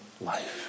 life